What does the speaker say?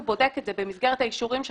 הוא בודק את זה במסגרת האישורים שלו,